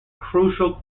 crucial